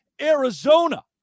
Arizona